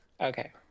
Okay